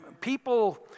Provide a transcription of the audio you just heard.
people